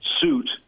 Suit